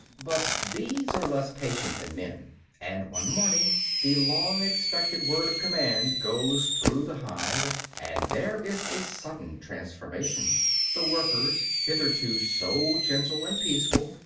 but bees are less patient than men and one morning the long-expected word of command goes through the hive. and there is a sudden transformation the workers, hitherto so gentle and peaceful,